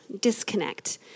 disconnect